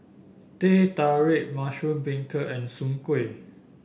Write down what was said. Teh Tarik Mushroom Beancurd and Soon Kuih